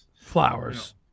Flowers